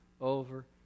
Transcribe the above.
over